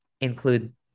include